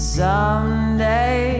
someday